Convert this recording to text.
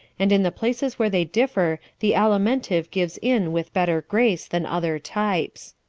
and in the places where they differ the alimentive gives in with better grace than other types.